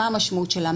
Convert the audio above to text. מה המשמעות שלה,